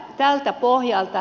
kysynkin tältä pohjalta